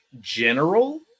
general